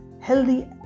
healthy